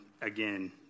again